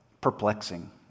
perplexing